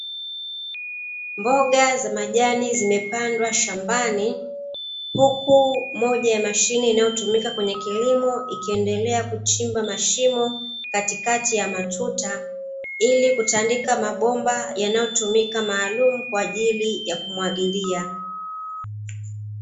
Mboga za majani zimepandwa shambani huku moja ya mashine inayotumika kwenye kilimo ikiendelea kuchimba mashimo katikati ya matuta, ili kutandika mabomba yanayotumika maalumu kwa ajili ya kumwagilia.